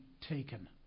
taken